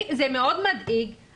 זה מאוד מדאיג,